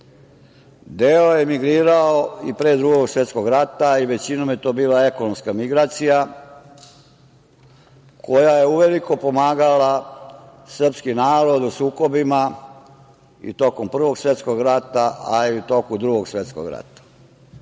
Deo je emigrirao i pre Drugog svetskog rata i većinom je to bila ekonomska migracija koja je uveliko pomagala srpski narod u sukobima i tokom Prvog svetskog rata, a i u toku Drugog svetskog